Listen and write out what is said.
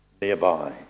nearby